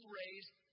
raised